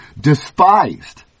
despised